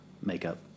makeup